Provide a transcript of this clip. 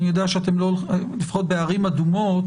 אני יודע שלפחות בערים אדומות